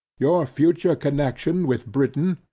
your future connection with britain,